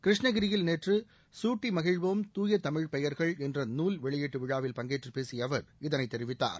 கிருஷ்ணகிரியில் நேற்று சூட்டி மகிழ்வோம் தூய தமிழ் பெயர்கள் என்ற நூல் வெளியீட்டு விழாவில் பங்கேற்றுப் பேசிய அவர் இதைத் தெரிவித்தார்